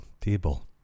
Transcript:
Table